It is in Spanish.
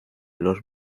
los